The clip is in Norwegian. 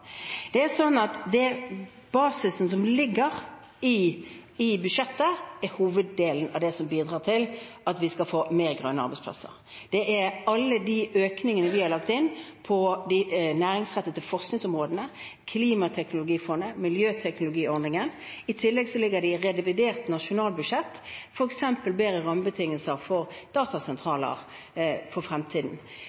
Basisen som ligger i budsjettet, er hoveddelen av det som bidrar til at vi skal få flere grønne arbeidsplasser. Det er alle de økningene vi har lagt inn på de næringsrettede forskningsområdene, til Klimateknologifondet og til Miljøteknologiordningen. I tillegg ligger det i revidert nasjonalbudsjett f.eks. bedre rammebetingelser for datasentraler for fremtiden.